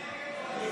הצבעה על סעיף 1,